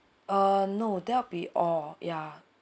uh no there'll be all yeah